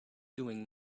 doing